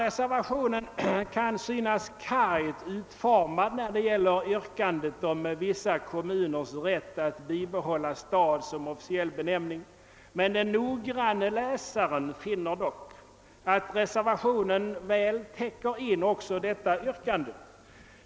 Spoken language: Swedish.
Reservationen kan synas kargt utformad vad beträffar yrkandet om vissa kommuners rätt att bibehålla stad som officiell benämning, men den noggranne läsaren finner dock, att reservationen väl täcker in också detta yrkande.